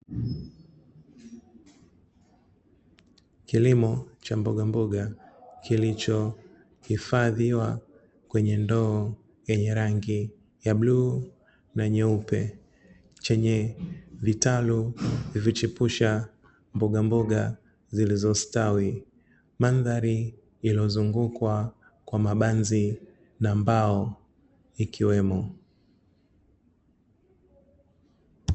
Kilimo cha mbogamboga kilichohifadhiwa kwenye ndoo yenye rangi ya bluu na nyeupe chenye vitalu vilivyochipusha mbogamboga zilizostawi, mandhari ilozungukwa kwa mabanzi na mbao ikiwemo.